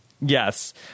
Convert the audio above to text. yes